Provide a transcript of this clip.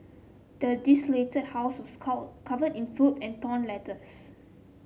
the desolated house was call covered in filth and torn letters